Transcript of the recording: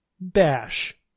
Bash